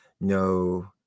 No